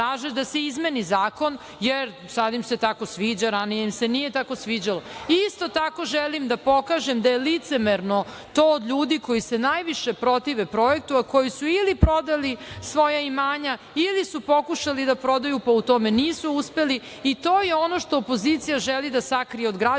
da se izmeni zakon, jer sada im se tako sviđa. Ranije im se nije tako sviđalo. Isto tako želim da pokažem da je licemerno to od ljudi koji se najviše protive projektu, a koji su ili prodali svoja imanja ili su pokušali da prodaju, pa u tome nisu uspeli i to je ono što opozicija želi da sakrije od građana,